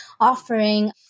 offering